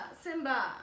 Simba